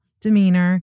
demeanor